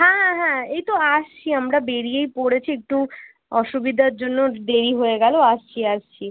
হ্যাঁ হ্যাঁ হ্যাঁ এই তো আসছি আমরা বেরিয়েই পড়েছি একটু অসুবিধার জন্য দেরি হয়ে গেলো আসছি আসছি